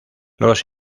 los